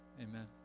amen